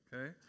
Okay